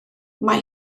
mae